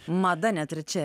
mada net ir čia